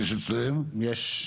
אמיר בשאראת יועץ הועד הארצי.